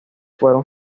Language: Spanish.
fueron